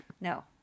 No